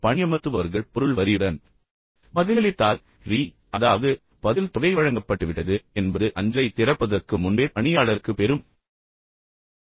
பணியமர்த்துபவர்கள் பொருள் வரியுடன் பதிலளித்தால் ரீ அதாவது பதில் தொகை வழங்கப்பட்டுவிட்டது என்பது அஞ்சலைத் திறப்பதற்கு முன்பே பணியாளருக்கு பெரும் நிவாரணமாக இருக்கும்